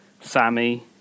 Sammy